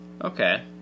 Okay